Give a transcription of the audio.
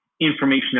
information